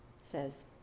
says